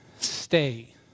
stay